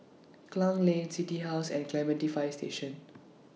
Klang Lane City House and Clementi Fire Station